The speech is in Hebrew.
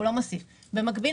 במקביל,